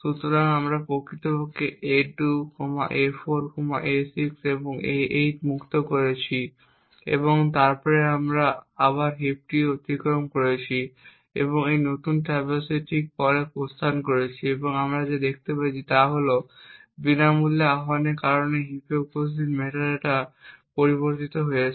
সুতরাং আমরা প্রকৃতপক্ষে a2 a4 a6 এবং a8 মুক্ত করেছি এবং তারপরে আমরা আবার হিপটি অতিক্রম করেছি এবং এই নতুন ট্র্যাভার্সের ঠিক পরে প্রস্থান করেছি এবং আমরা যা দেখতে যাচ্ছি তা হল বিনামূল্যে আহ্বানের কারণে হিপে উপস্থিত মেটাডেটা পরিবর্তিত হয়েছে